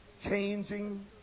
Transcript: changing